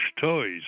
toys